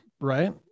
right